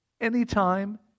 anytime